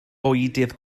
bwydydd